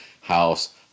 House